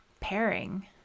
pairing